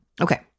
Okay